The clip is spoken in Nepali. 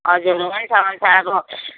हजुर हुन्छ हुन्छ अब